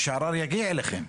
שהערר יגיע אליכם.